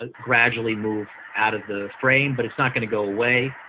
ah gradually move out of the frame, but it's not going to go away.